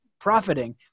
profiting